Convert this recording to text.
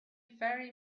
very